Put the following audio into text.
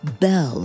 Bell